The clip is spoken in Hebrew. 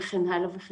וכן הלאה.